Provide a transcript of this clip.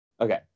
Okay